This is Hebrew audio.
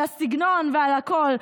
על הסגנון ועל הכול.